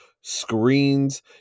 Screens